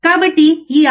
కాబట్టి ఈ 6